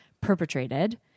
perpetrated